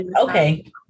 Okay